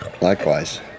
Likewise